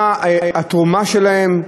מה התרומה שלהן?